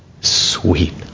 Sweet